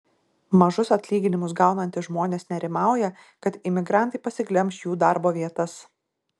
mažus atlyginimus gaunantys žmonės nerimauja kad imigrantai pasiglemš jų darbo vietas